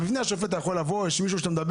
בפני השופט אתה יכול לבוא, יש מישהו שמדבר.